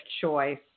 choice